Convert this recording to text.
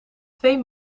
twee